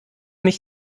mich